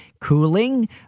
cooling